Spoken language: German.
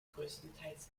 größtenteils